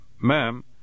Ma'am